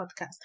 Podcast